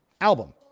album